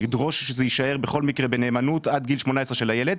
הוא ידרוש שזה יישאר בכל מקרה בנאמנות עד גיל 18 של הילד.